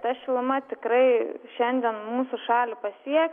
ta šiluma tikrai šiandien mūsų šalį pasieks